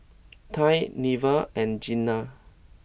Tye Neva and Jena